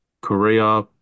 korea